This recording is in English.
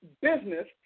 business